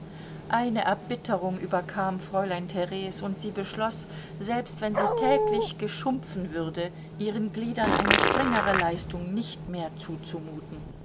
eine erbitterung überkam fräulein theres und sie beschloß selbst wenn sie täglich geschumpfen würde ihren gliedern eine strengere leistung nicht mehr zuzumuten